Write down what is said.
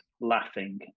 laughing